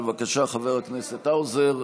בבקשה, חבר הכנסת האוזר,